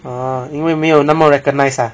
ah 因为没有那么 recognize ah